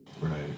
Right